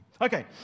Okay